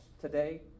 today